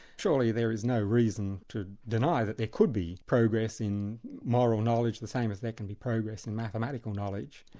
surely there is no reason to deny that there could be progress in moral knowledge the same as there can be progress in mathematical knowledge,